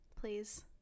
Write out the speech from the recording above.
Please